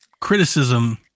criticism